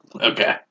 okay